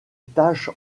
tache